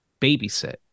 babysit